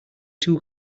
two